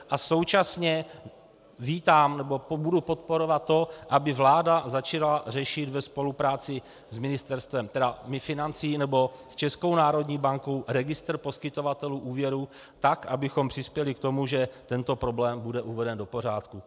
A současně budu podporovat to, aby vláda začala řešit ve spolupráci s Ministerstvem financí nebo Českou národní bankou registr poskytovatelů úvěrů tak, abychom přispěli k tomu, že tento problém bude uveden do pořádku.